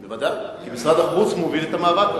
בוודאי, כי משרד החוץ מוביל את המאבק.